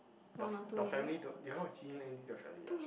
your f~ your family don't you're not giving anything to your family ah